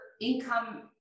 income